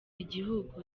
igihugu